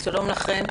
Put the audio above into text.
שלום לכן.